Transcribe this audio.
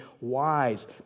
wise